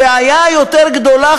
הבעיה היותר גדולה,